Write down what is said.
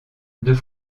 deux